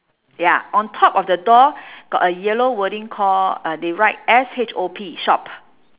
ya on top of the door got a yellow wording call uh they write S H O P shop